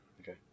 okay